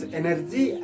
energy